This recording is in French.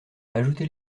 ajoutez